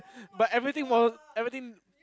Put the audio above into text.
but everything was everthing